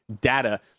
data